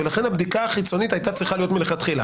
ולכן הבדיקה החיצונית הייתה צריכה להיות מלכתחילה.